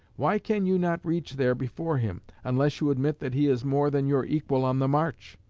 why can you not reach there before him, unless you admit that he is more than your equal on the march?